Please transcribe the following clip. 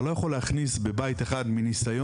אתה לא יכול להכניס בבית אחד מניסיון,